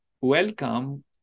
welcome